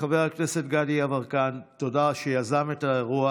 לחבר הכנסת גדי יברקן, שיזם את האירוע,